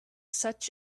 such